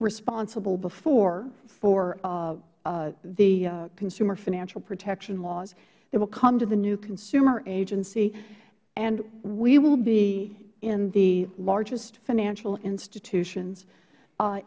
responsible before for the consumer financial protection laws it will come to the new consumer agency and we will be in the largest financial institutions